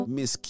Miss